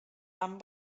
amb